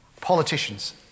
politicians